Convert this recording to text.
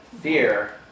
fear